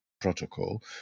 Protocol